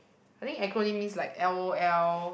I think acronym means like l_o_l